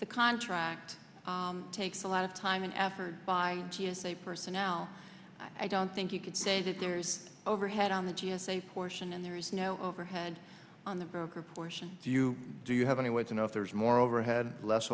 the contract takes a lot of time and effort by t s a personnel i don't think you could say that there's overhead on the g s a portion and there is no overhead on the broker portion do you do you have any way to know if there's more overhead less